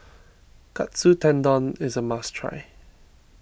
Katsu Tendon is a must try